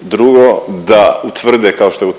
drugo da utvrde, kao što je utvrdio